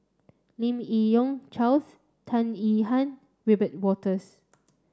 Lim Yi Yong Charles Tan Yihan Wiebe Wolters